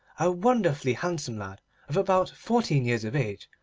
a wonderfully handsome lad of about fourteen years of age,